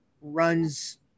runs